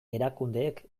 erakundeek